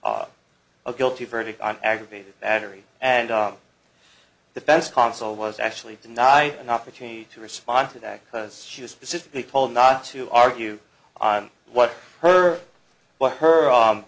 a guilty verdict on aggravated battery and the best consul was actually denied an opportunity to respond to that because she was specifically told not to argue on what her what her